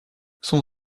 son